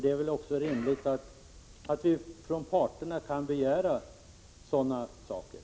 Det är rimligt att begära sådana saker av parterna.